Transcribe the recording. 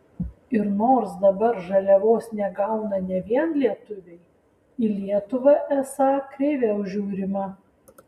ir nors dabar žaliavos negauna ne vien lietuviai į lietuvą esą kreiviau žiūrima